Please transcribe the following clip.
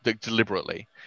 deliberately